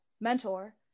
mentor